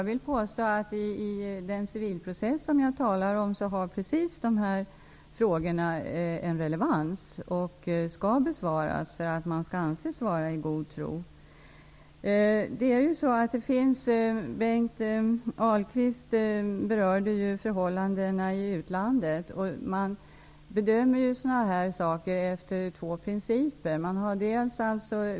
Fru talman! Jag vill påstå att just dessa frågor har relevans i den civilprocess som jag talar om. De skall där besvaras för att man skall kunna anses vara i god tro. Man bedömer sådana här frågor efter två principer.